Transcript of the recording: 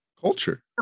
culture